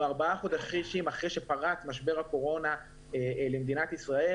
ארבעה חודשים אחרי שפרץ משבר הקורונה למדינת ישראל